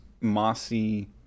mossy